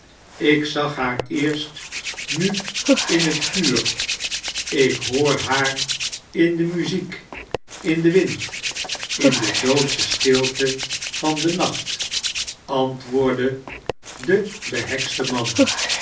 ik zag haar eerst nu in het vuur ik hoar haar in de muziek in den wind in de doodeche stilte van den nacht antwoordde de behekste man